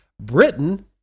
Britain